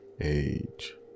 age